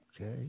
okay